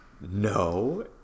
No